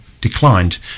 declined